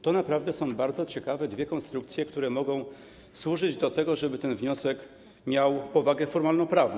To naprawdę są dwie bardzo ciekawe konstrukcje, które mogą służyć do tego, żeby ten wniosek miał powagę formalnoprawną.